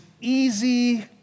easy